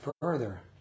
further